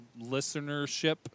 listenership